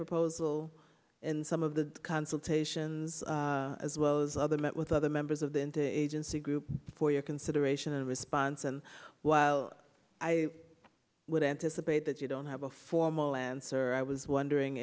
proposal and some of the consultations as well as other met with other members of the into agency group for your consideration of response and while i would anticipate that you don't have a formal answer i was wondering